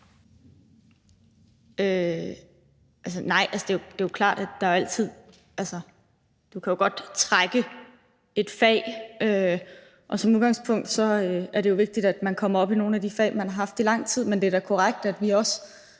Nej, altså, man kan godt trække et fag, og som udgangspunkt er det jo vigtigt, at man kommer op i nogle af de fag, man har haft i lang tid, men det er da korrekt, at vi også